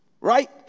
right